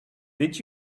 did